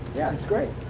yeah, it's great.